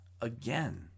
again